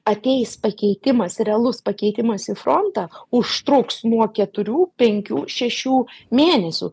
ateis pakeitimas realus pakeitimas į frontą užtruks nuo keturių penkių šešių mėnesių